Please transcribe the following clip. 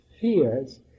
fears